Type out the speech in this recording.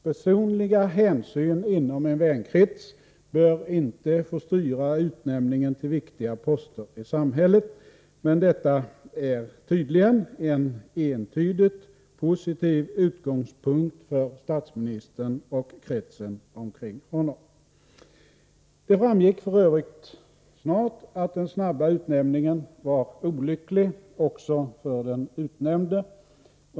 Personliga hänsyn inom en vänkrets bör inte få styra utnämningen till viktiga poster i samhället. Men detta är tydligen en entydigt positiv utgångspunkt för statsministern och kretsen omkring honom. Det framgick f. ö. snart att den snabba utnämningen var olycklig också för den utnämnde.